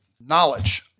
Knowledge